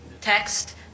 text